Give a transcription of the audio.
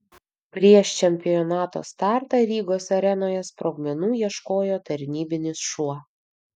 prieš čempionato startą rygos arenoje sprogmenų ieškojo tarnybinis šuo